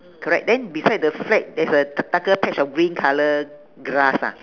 correct then beside the flag there's a da~ darker patch of green colour grass ah